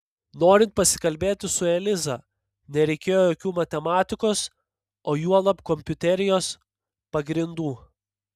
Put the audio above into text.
norint pasikalbėti su eliza nereikėjo jokių matematikos o juolab kompiuterijos pagrindų